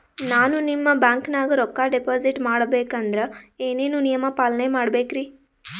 ನಾನು ನಿಮ್ಮ ಬ್ಯಾಂಕನಾಗ ರೊಕ್ಕಾ ಡಿಪಾಜಿಟ್ ಮಾಡ ಬೇಕಂದ್ರ ಏನೇನು ನಿಯಮ ಪಾಲನೇ ಮಾಡ್ಬೇಕ್ರಿ?